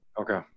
Okay